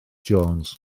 jones